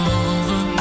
over